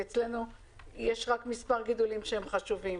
כי אצלנו יש רק מספר גידולים חשובים,